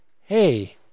hey